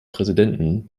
präsidenten